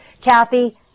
Kathy